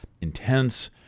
intense